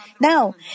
Now